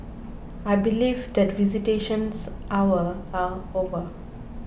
I believe that visitations hour are over